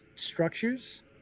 structures